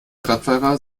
radfahrer